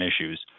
issues